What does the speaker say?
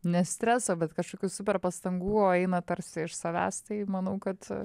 ne streso bet kažkokių super pastangų o eina tarsi iš savęs tai manau kad